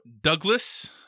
Douglas